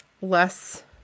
less